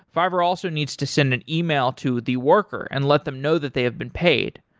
fiverr also needs to send an yeah e-mail to the worker and let them know that they have been paid.